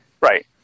Right